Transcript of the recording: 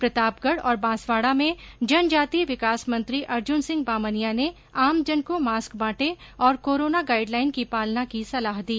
प्रतापगढ और बांसवाड़ा में जनजातीय विकास मंत्री अर्जुन सिंह बामनिया ने आमजन को मास्क बांटे और कोरोना गाइडलाइन की पालना की सलाह दी